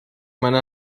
منو